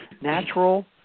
natural